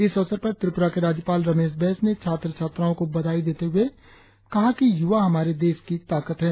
इस अवसर पर त्रिपुरा के राज्यपाल रमेश बैस ने छात्र छात्राओ को बधाई देते हुए कहा कि युवा हमारे देश की ताकत है